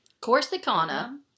Corsicana